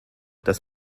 dass